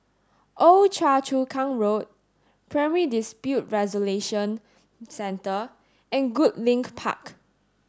Old Choa Chu Kang Road Primary Dispute Resolution Centre and Goodlink Park